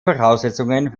voraussetzungen